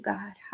God